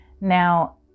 Now